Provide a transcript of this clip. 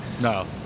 No